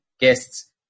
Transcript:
guests